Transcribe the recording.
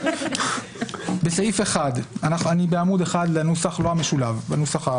אני בעמוד 1 לנוסח הרגיל, לא המשולב.